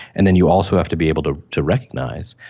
and then you also have to be able to to recognise,